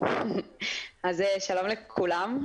שלום לכולם.